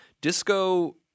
disco